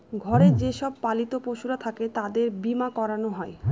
ঘরে যে সব পালিত পশুরা থাকে তাদের বীমা করানো হয়